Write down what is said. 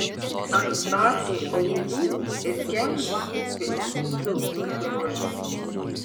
ant batų aulų ir kelnių kaupėsi vis daugiau drožlių